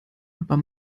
aber